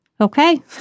Okay